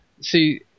See